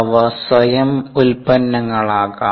അവ സ്വയം ഉൽപ്പന്നങ്ങളാകാം